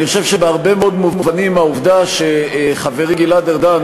אני חושב שבהרבה מאוד מובנים העובדה שחברי גלעד ארדן,